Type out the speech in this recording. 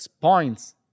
points